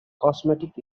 cosmetics